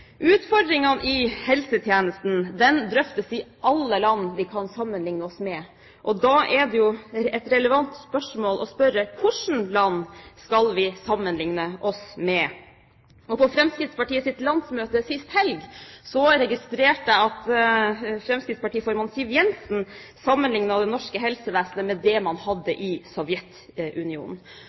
Utfordringene i helsetjenesten drøftes i alle land vi kan sammenligne oss med, og da er det jo et relevant spørsmål hvilke land vi skal sammenligne oss med. På Fremskrittspartiets landsmøte sist helg registrerte jeg at fremskrittspartiformann Siv Jensen sammenlignet det norske helsevesenet med det man hadde i Sovjetunionen.